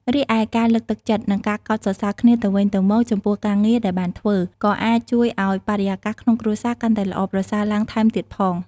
រីឯ ការលើកទឹកចិត្ត និងការកោតសរសើរគ្នាទៅវិញទៅមកចំពោះការងារដែលបានធ្វើ ក៏អាចជួយឲ្យបរិយាកាសក្នុងគ្រួសារកាន់តែល្អប្រសើរឡើងថែមទៀតផង។